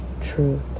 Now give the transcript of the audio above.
truth